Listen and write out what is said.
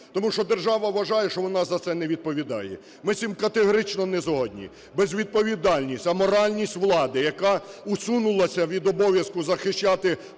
тому що держава вважає, що вона за це не відповідає. Ми з цим категорично не згодні. Безвідповідальність, аморальність влади, яка усунулася від обов'язку захищати